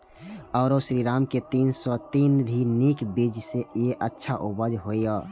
आरो श्रीराम के तीन सौ तीन भी नीक बीज ये अच्छा उपज होय इय?